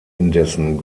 indessen